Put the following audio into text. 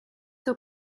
tôt